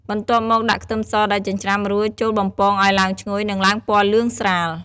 បន្ទាប់មកដាក់ខ្ទឹមសដែលចិញ្រ្ចាំរួច ចូលបំពងឲ្យឡើងឈ្ងុយ និងឡើងពណ៌លឿងស្រាល។